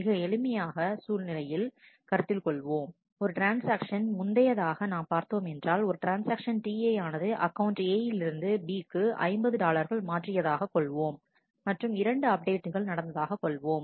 மிக எளிமையான சூழ்நிலையை கருத்தில் கொள்வோம் ஒரு ட்ரான்ஸ்ஆக்ஷன் முந்தையதாக நாம் பார்த்தோம் என்றால் ஒரு ட்ரான்ஸ்ஆக்ஷன் Ti ஆனது அக்கவுண்ட் A ல் இருந்து B க்கு 50 டாலர்கள் மாற்றியதாக கொள்வோம் மற்றும் இரண்டு அப்டேட்கள் நடந்ததாகக் கொள்வோம்